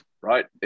right